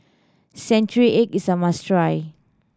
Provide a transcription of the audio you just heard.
century egg is a must try